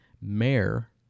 mayor